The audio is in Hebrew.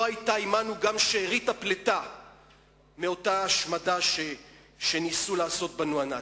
לא היתה עמנו גם שארית הפליטה מאותה השמדה שניסו לעשות בנו הנאצים.